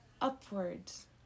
upwards